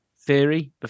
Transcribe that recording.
theory